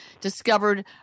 discovered